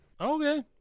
okay